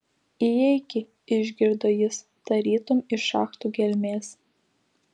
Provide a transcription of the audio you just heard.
įeiki išgirdo jis tarytum iš šachtų gelmės